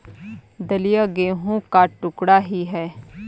दलिया गेहूं का टुकड़ा ही है